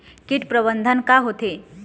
कीट प्रबंधन का होथे?